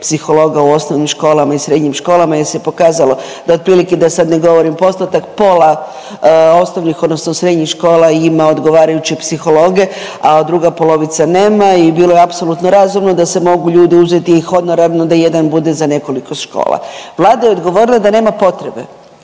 psihologa u osnovnim školama i srednjim školama jer se pokazalo da otprilike da sada ne govorim postotak pola osnovnih odnosno srednjih škola ima odgovarajuće psihologe, a druga polovica nema. I bilo je apsolutno razumno da se mogu ljudi uzeti i honorarno da jedan bude za nekoliko škola. Vlada je odgovorila da nema potrebe.